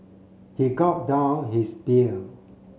he gulp down his beer